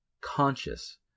conscious